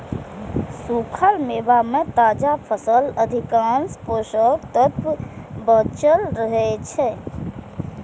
सूखल मेवा मे ताजा फलक अधिकांश पोषक तत्व बांचल रहै छै